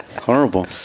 Horrible